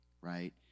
right